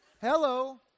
hello